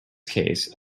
case